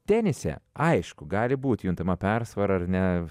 tenise aišku gali būti juntama persvara ar ne